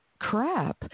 crap